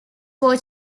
war